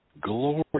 Glory